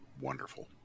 wonderful